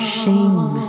shame